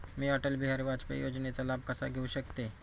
मी अटल बिहारी वाजपेयी योजनेचा लाभ कसा घेऊ शकते?